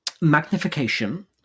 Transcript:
Magnification